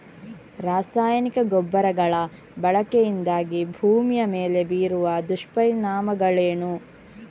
ರಾಸಾಯನಿಕ ಗೊಬ್ಬರಗಳ ಬಳಕೆಯಿಂದಾಗಿ ಭೂಮಿಯ ಮೇಲೆ ಬೀರುವ ದುಷ್ಪರಿಣಾಮಗಳೇನು?